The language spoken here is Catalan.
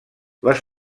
les